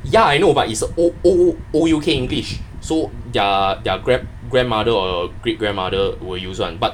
ya I know but it's ol~ ol~ old U_K english so they're they're grand~ grandmother or your great grandmother will use [one] but